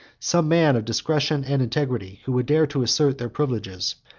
some man of discretion and integrity, who would dare to assert their privileges,